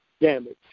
damage